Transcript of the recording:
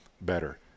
better